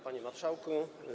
Panie Marszałku!